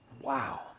Wow